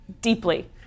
Deeply